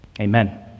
Amen